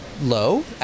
low